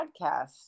podcast